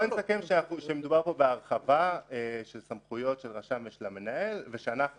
נסכם שמדובר פה על הרחבה של סמכויות של הרשם ושל המנהל --- לא